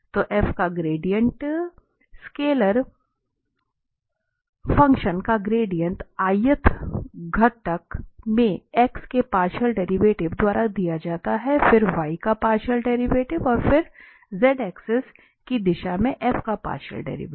तो f का gradient scalar function का ग्रेडिएंट ith घटक में x के पार्शियल डेरिवेटिव द्वारा दिया जाता है फिर y का पार्शियल डेरिवेटिव और फिर z एक्सिस की दिशा में f का पार्शियल डेरिवेटिव